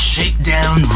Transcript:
Shakedown